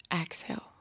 Exhale